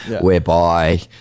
whereby